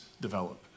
develop